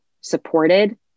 supported